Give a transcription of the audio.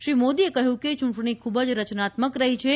શ્રી મોદીએ કહ્યું કે ચૂંટણી ખૂબ જ રચનાત્મક રહી છે